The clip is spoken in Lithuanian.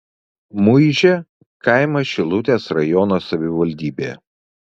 muižė kaimas šilutės rajono savivaldybėje